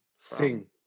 sing